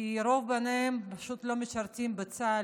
כי רוב בניהן פשוט לא משרתים בצה"ל,